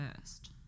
first